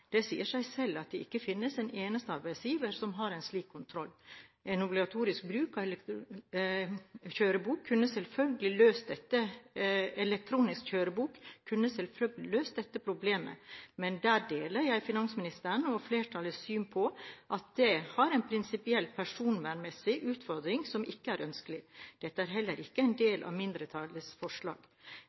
Det sier seg selv at det ikke finnes en eneste arbeidsgiver som har en slik kontroll. En obligatorisk bruk av elektronisk kjørebok kunne selvfølgelig løst dette «problemet», men der deler jeg finansministeren og flertallets syn på at det har en prinsipiell personvernmessig utfordring som ikke er ønskelig. Dette er heller ikke en del av mindretallets forslag.